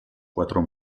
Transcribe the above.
cuatro